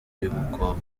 y’umukobwa